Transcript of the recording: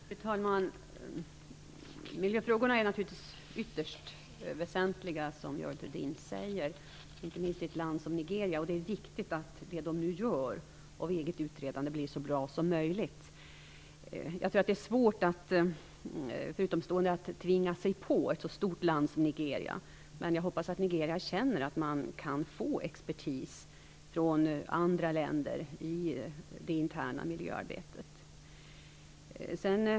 Fru talman! Miljöfrågorna är naturligtvis ytterst väsentliga, som Görel Thurdin säger, inte minst i ett land som Nigeria. Det är viktigt att deras eget utredande blir så bra som möjligt. Jag tror att det är svårt för utomstående att tvinga sig på ett så stort land som Nigeria. Men jag hoppas att Nigeria känner att man kan få expertis från andra länder i det interna miljöarbetet.